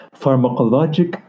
pharmacologic